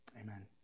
amen